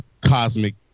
cosmic